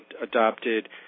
adopted